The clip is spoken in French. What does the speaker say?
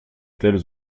tels